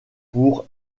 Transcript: pour